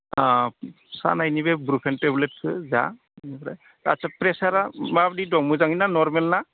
सानायनि बे टेबलेटखौ जा बेनिफ्राय आस्सा प्रेसारा माबायदि दं मोजाङैना नर्मेल ना